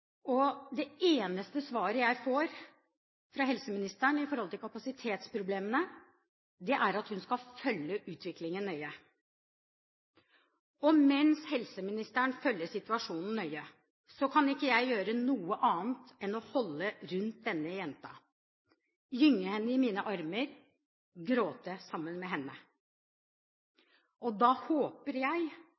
Det eneste svaret jeg får fra helseministeren når det gjelder kapasitetsproblemene, er at hun skal følge utviklingen nøye. Og mens helseministeren følger situasjonen nøye, kan ikke jeg gjøre noe annet enn å holde rundt denne jenta, gynge henne i mine armer og gråte sammen med henne. Nå håper jeg